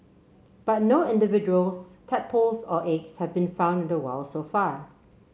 but no individuals tadpoles or eggs have been found in the wild so far